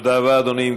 תודה רבה, אדוני.